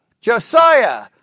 Josiah